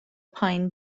پایین